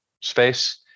space